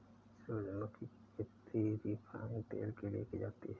सूरजमुखी की खेती रिफाइन तेल के लिए की जाती है